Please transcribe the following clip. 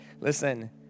Listen